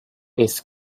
its